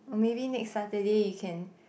or maybe next Saturday you can